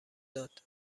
داد